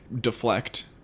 deflect